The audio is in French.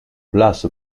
place